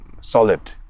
solid